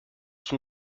son